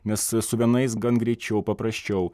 nes su vienais gan greičiau paprasčiau